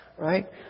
Right